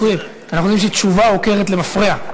אנחנו יודעים שתשובה עוקרת למפרע,